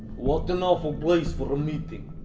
what an awful place for a meeting!